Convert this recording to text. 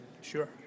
Sure